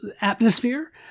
atmosphere